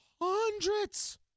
hundreds